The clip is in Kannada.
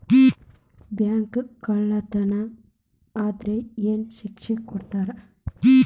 ಬ್ಯಾಂಕ್ ಕಳ್ಳತನಾ ಆದ್ರ ಏನ್ ಶಿಕ್ಷೆ ಕೊಡ್ತಾರ?